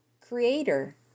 creator